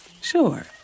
Sure